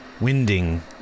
Winding